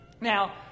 Now